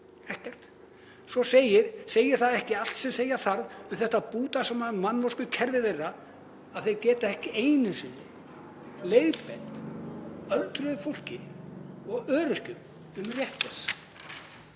Ekkert. Segir það ekki allt sem segja þarf um þetta bútasaumaða mannvonskukerfi þeirra að þeir geti ekki einu sinni leiðbeint öldruðu fólki og öryrkjum um rétt þess?